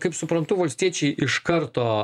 kaip suprantu valstiečiai iš karto